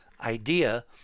idea